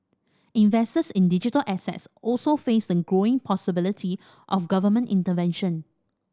investors in digital assets also face the growing possibility of government intervention